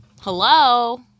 Hello